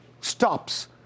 stops